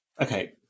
Okay